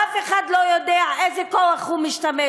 ואף אחד לא יודע באיזה כוח הוא משתמש,